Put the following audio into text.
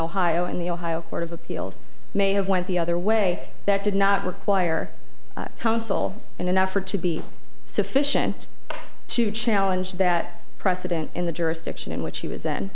ohio and the ohio court of appeals may have went the other way that did not require counsel in an effort to be sufficient to challenge that precedent in the jurisdiction in which he was